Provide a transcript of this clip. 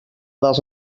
dels